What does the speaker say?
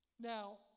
Now